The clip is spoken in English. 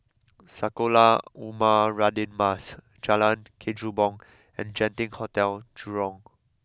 Sekolah Ugama Radin Mas Jalan Kechubong and Genting Hotel Jurong